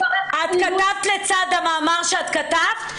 את כתבת לצד המאמר שאת כתבת.